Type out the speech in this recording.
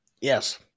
Yes